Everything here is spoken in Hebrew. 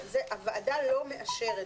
והוועדה לא מאשרת,